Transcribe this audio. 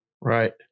Right